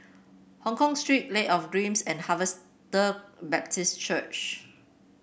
Hongkong Street Lake of Dreams and Harvester Baptist Church